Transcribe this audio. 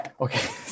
Okay